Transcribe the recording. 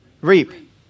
reap